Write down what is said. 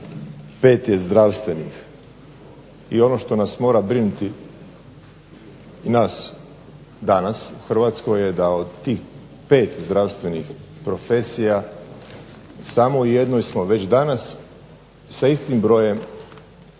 5 je zdravstvenih, i ono što nas mora brinuti, nas danas u Hrvatskoj je da od tih 5 zdravstvenih profesija samo o jednoj smo već danas sa istim brojem